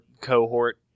cohort